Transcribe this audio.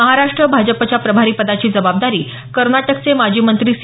महाराष्ट भाजपच्या प्रभारीपदाची जबाबदारी कर्नाटकचे माजी मंत्री सी